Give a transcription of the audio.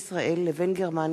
זאב בילסקי, אריה ביבי ומרינה